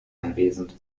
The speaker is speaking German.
anwesend